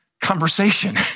conversation